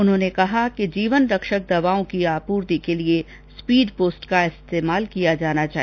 उन्होंने कहा कि जीवन रक्षक दवाओं की आपूर्ति के लिए स्पीड पोस्ट का इस्तेमाल किया जाना चाहिए